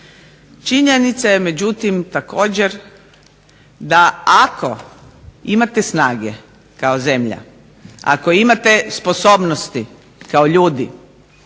Činjenica je međutim, također da ako imate snage kao zemlja, ako imate sposobnosti kao ljudi